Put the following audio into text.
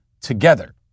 together